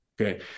okay